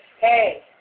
hey